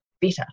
better